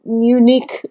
unique